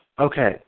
okay